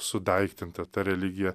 sudaiktinta ta religija